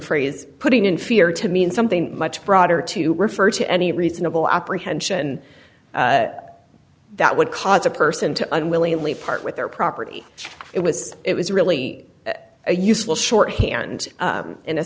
phrase putting in fear to mean something much broader to refer to any reasonable apprehension that would cause a person to unwillingly part with their property it was it was really a useful shorthand in a